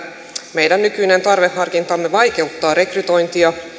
meidän nykyinen tarveharkintamme vaikeuttaa rekrytointia